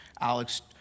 Alex